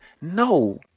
No